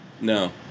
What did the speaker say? No